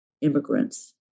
immigrants